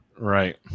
Right